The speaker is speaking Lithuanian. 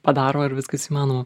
padaroma ir viskas įmanoma